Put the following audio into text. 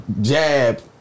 jab